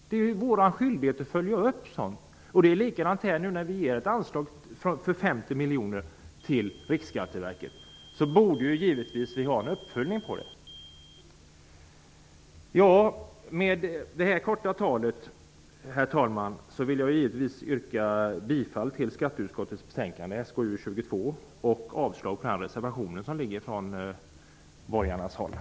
Det är faktiskt vår skyldighet att göra en uppföljning. Likadant förhåller det sig i det nu aktuella sammanhanget. När vi beviljar ett anslag om 50 miljoner kronor till Riksskatteverket borde vi givetvis göra en uppföljning. Jag avslutar mitt korta anförande, herr talman, med att yrka bifall till utskottets hemställan i betänkande nr 1993/94:SkU22. Dessutom yrkar jag avslag på den borgerliga reservationen.